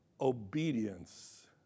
obedience